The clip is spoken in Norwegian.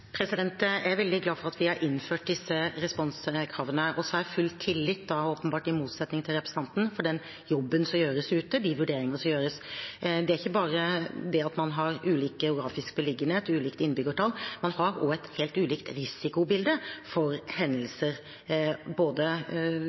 Jeg er veldig glad for at vi har innført disse responskravene. Og så har jeg – åpenbart i motsetning til representanten – full tillit til den jobben som gjøres ute, og de vurderingene som gjøres. Det er ikke bare det at man har ulik geografisk beliggenhet og ulikt innbyggertall, man har også et helt ulikt risikobilde for hendelser, både